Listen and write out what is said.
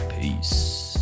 Peace